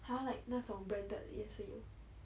!huh! like 那种 branded 也是有